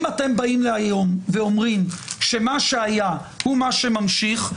אם אתם באים היום ואומרים שמה שהיה הוא מה שממשיך,